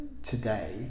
today